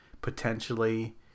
potentially